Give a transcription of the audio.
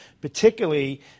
particularly